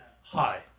Hi